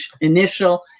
initial